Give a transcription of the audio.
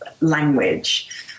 language